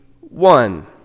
one